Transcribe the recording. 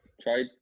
try